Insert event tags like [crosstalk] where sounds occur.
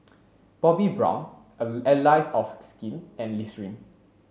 Bobbi Brown [unintelligible] Allies of Skin and Listerine